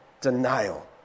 denial